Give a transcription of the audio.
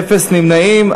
אין נמנעים.